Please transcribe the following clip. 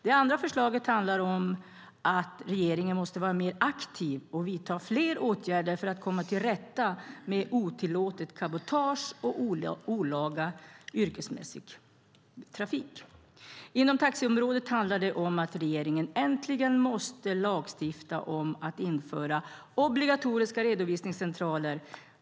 Det andra förslaget handlar om att regeringen måste vara mer aktiv och vidta fler åtgärder för att komma till rätta med otillåtet cabotage och olaga yrkesmässig trafik. Inom taxiområdet handlar det om att regeringen äntligen ska lagstifta om att införa obligatoriska redovisningscentraler.